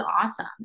awesome